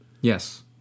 Yes